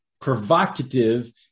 provocative